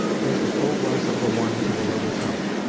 drank a full glass of the wine to woloda's health,